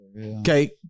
Okay